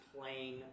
playing